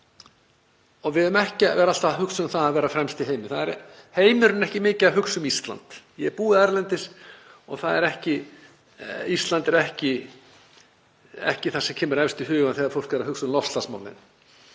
Við eigum ekki að vera að hugsa um að vera fremst í heimi. Heimurinn er ekki mikið að hugsa um Ísland. Ég hef búið erlendis og Ísland er fólki ekki efst í huga þegar það er að hugsa um loftslagsmálin.